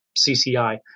CCI